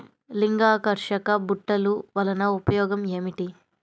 లింగాకర్షక బుట్టలు వలన ఉపయోగం ఏమిటి?